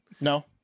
No